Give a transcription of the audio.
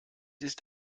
ist